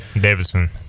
Davidson